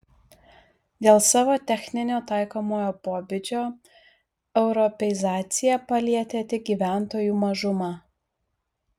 dėl savo techninio taikomojo pobūdžio europeizacija palietė tik gyventojų mažumą